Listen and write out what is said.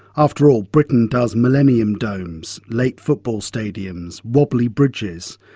after all, britain does millennium domes, late football stadiums, wobbly bridges,